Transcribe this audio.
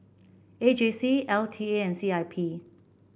A J C L T A and C I P